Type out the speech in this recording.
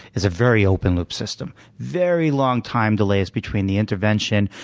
is a very open-loop system very long time delays between the intervention,